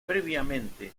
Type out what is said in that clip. previamente